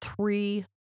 three